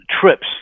trips